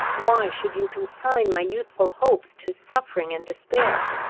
why should you consign my youthful hopes to suffering and despair?